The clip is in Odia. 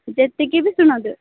ଯେତିକି ବି ଶୁଣନ୍ତୁ